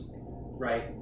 right